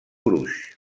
gruix